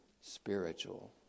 spiritual